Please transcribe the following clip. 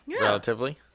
relatively